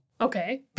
Okay